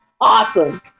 Awesome